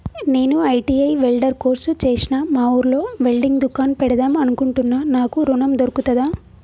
నేను ITI welder course చేశ్న మా ఊర్లో వెల్డింగ్ దుకాన్ పెడదాం అనుకుంటున్నా నాకు ఋణం దొర్కుతదా?